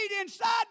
inside